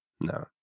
No